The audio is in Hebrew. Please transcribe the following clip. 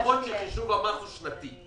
בכל מקרה חישוב המס הוא שנתי,